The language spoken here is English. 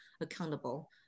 accountable